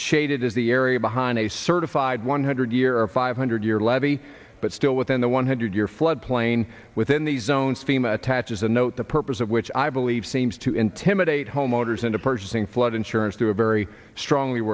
shaded is the area behind a certified one hundred year five hundred year levee but still within the one hundred year flood plain within the zone scheme attaches a note the purpose of which i believe seems to intimidate homeowners into purchasing flood insurance through a a strongly